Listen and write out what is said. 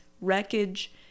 wreckage